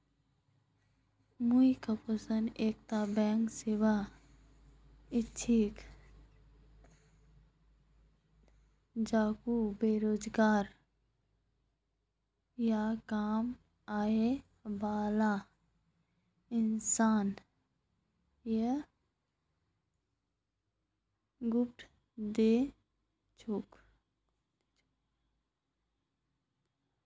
microfinance एकता banking सेवा छिके जेको बेरोजगार या कम आय बाला इंसान या ग्रुपक दी छेक